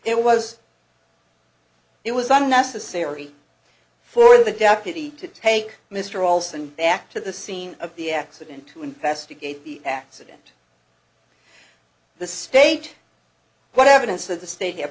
it was it was unnecessary for the deputy to take mr olson back to the scene of the accident to investigate the accident the state what evidence of the state you have